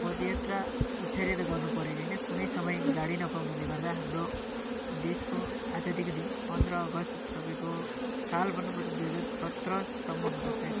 पदयात्रा इच्छाले त गर्नु परेको होइन कुनै समय गाडी नपाउनुले गर्दा हाम्रो देशको आजादीको दिन पन्ध्र अगस तपाईँको साल भन्नुपर्दा दुई हजार सत्रसम्म होला सायद